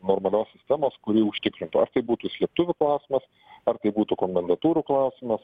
normalios sistemos kuri užtikrintų ar tai būtų slėptuvių klausimas ar tai būtų komendantūrų klausimas